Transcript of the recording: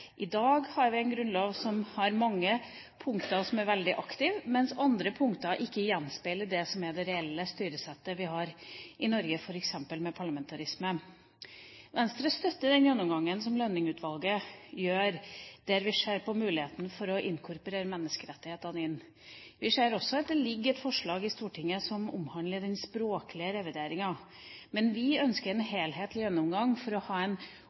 I dag har vi en grunnlov som har mange punkter som er veldig aktive, mens andre punkter ikke gjenspeiler det som er det reelle styresettet vi har i Norge, f.eks. med parlamentarismen. Venstre støtter den gjennomgangen som Lønning-utvalget gjør, der vi ser på muligheten for å inkorporere menneskerettighetene. Vi ser også at det ligger et forslag i Stortinget som omhandler den språklige revideringen, men vi ønsker en helhetlig gjennomgang for å ha en